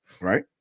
Right